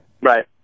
Right